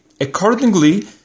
accordingly